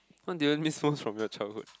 what do you miss most from your childhood